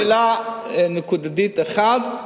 זאת שאלה נקודתית אחת.